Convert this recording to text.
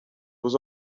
was